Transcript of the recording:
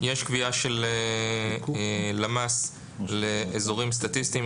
יש קביעה של הלמ"ס לאזורים סטטיסטיים,